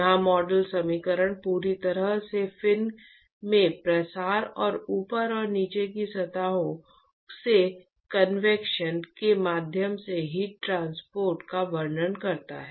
यह मॉडल समीकरण पूरी तरह से फिन में प्रसार और ऊपर और नीचे की सतहों से कन्वेक्शन के माध्यम से हीट ट्रांसपोर्ट का वर्णन करता है